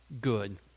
good